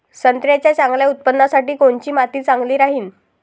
संत्र्याच्या चांगल्या उत्पन्नासाठी कोनची माती चांगली राहिनं?